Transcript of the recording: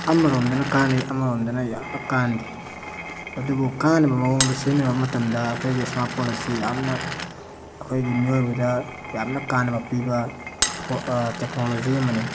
ꯑꯃꯔꯣꯝꯗꯅ ꯀꯥꯅꯩ ꯑꯃꯔꯣꯝꯗꯅ ꯌꯥꯝꯅ ꯀꯥꯟꯗꯦ ꯑꯗꯨꯕꯨ ꯀꯥꯅꯕ ꯃꯑꯣꯡꯗ ꯁꯤꯖꯤꯟꯅꯕ ꯃꯇꯝꯗ ꯑꯩꯈꯣꯏꯒꯤ ꯏꯁꯃꯔꯠ ꯐꯣꯟ ꯑꯁꯤ ꯌꯥꯝꯅ ꯑꯩꯈꯣꯏꯒꯤ ꯃꯤꯑꯣꯏꯕꯗ ꯌꯥꯝꯅ ꯀꯥꯅꯕ ꯄꯤꯕ ꯐꯣ ꯇꯦꯛꯅꯣꯂꯣꯖꯤ ꯑꯃꯅꯤ